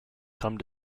come